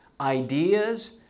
ideas